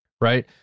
right